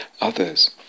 others